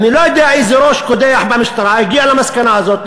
אני לא יודע איזה ראש קודח במשטרה הגיע למסקנה הזאת,